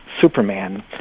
Superman